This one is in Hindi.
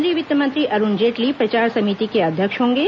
केंद्रीय वित्त मंत्री अरुण जेटली प्रचार समिति के अध्यक्ष होंगे